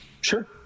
Sure